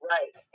Right